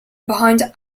behind